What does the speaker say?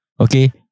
Okay